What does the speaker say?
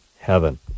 heaven